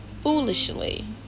foolishly